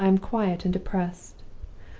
i am quiet and depressed.